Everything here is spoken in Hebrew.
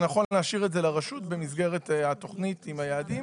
שנכון להשאיר זאת לרשות במסגרת התוכנית עם היעדים,